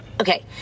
Okay